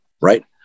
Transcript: right